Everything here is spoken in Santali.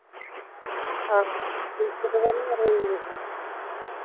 ᱮᱜᱼᱟ